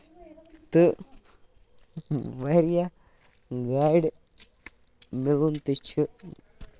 تہٕ واریاہ گاڈِ مِلُن تہِ چھِ